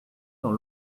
dans